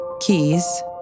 keys